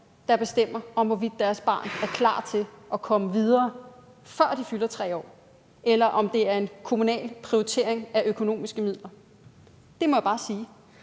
der bestemmer, hvorvidt deres barn er klar til at komme videre, før det fylder 3 år, end at det skal være en kommunal prioritering af økonomiske midler. Det må jeg bare sige.